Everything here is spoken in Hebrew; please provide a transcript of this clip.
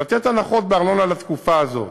לתת הנחות בארנונה לתקופה הזאת.